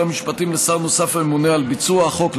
המשפטים כשר נוסף הממונה על ביצוע החוק,